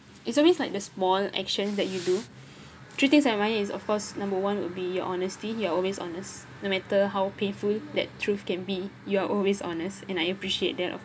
it's always like the small action that you do three things I admire is of course number one would be your honesty you are always honest no matter how painful that truth can be you're always honest and I appreciate that of